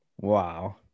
Wow